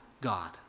God